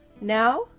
Now